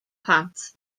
plant